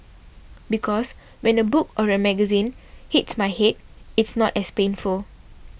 because when a book or a magazine hits my head it's not as painful